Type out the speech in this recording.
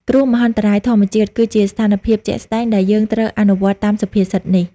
គ្រោះមហន្តរាយធម្មជាតិ គឺជាស្ថានភាពជាក់ស្ដែងដែលយើងត្រូវអនុវត្តតាមសុភាសិតនេះ។